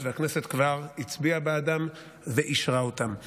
ומועדים הקבועים באופן קשיח בחקיקה ראשית או משנית ולערוך התאמות נוספות